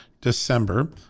December